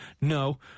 No